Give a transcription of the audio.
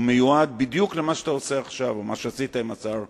הוא מיועד בדיוק למה שאתה עושה עכשיו או למה שעשית עם השר שטרית.